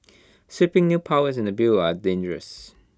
sweeping new powers in the bill are dangerous